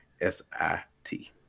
S-I-T